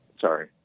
Sorry